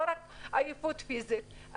לא רק עייפות פיזית.